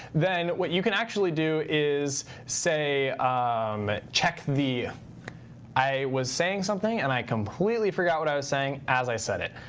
then what you can actually do is say check the i was saying something, and i completely forgot what i was saying as i said it.